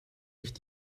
nicht